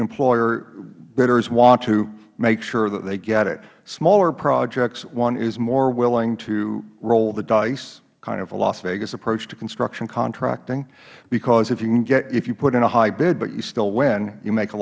employer bidders want to make sure that they get it smaller projects one is more willing to roll the dice kind of a las vegas approach to construction contracting because if you can get if you put in a high bid but you still win you make a